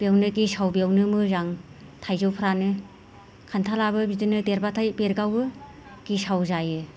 बेयावनो गेसाव बेयावनो मोजां थायजौफ्रानो खान्थालाबो बिदिनो देरबाथाय बेरगावो गेसाव जायो